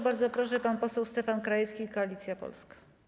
Bardzo proszę, pan poseł Stefan Krajewski, Koalicja Polska.